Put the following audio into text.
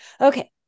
Okay